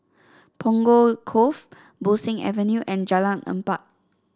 Punggol Cove Bo Seng Avenue and Jalan Empat